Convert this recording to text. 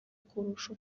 kurusha